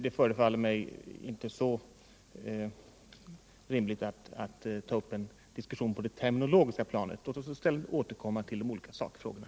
Det förefaller mig inte rimligt att ta upp en diskussion på det terminologiska planet. Låt oss i stället återkomma till de olika sakfrågorna.